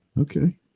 Okay